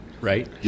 Right